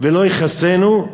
ולא יכסנו,